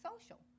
social